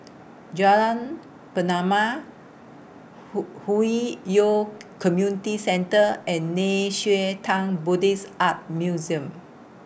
Jalan Pernama Hwi Yoh Community Centre and Nei Xue Tang Buddhist Art Museum